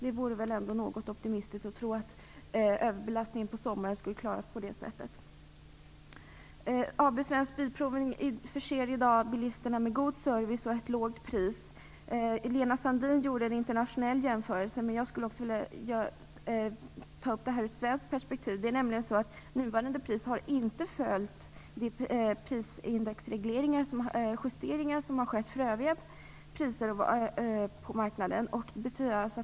Det vore väl ändå något optimistiskt att tro att överbelastningen på sommaren skulle kunna klaras på det sättet. AB Svensk Bilprovning förser i dag bilisterna med god service till ett lågt pris. Lena Sandlin gjorde en internationell jämförelse, men jag skulle också vilja ta upp det ur svenskt perspektiv. Det nuvarande priset har inte justerats i förhållande till prisindex i fråga om övriga delar av marknaden.